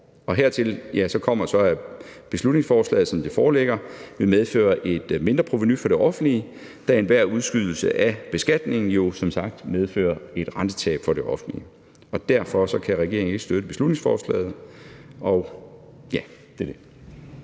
hertil kommer så, at beslutningsforslaget, som det foreligger, vil medføre et mindre provenu for det offentlige, da enhver udskydelse af beskatning jo som sagt medfører et rentetab for det offentlige Derfor kan regeringen ikke støtte beslutningsforslaget.